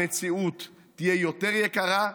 המציאות תהיה יותר יקרה.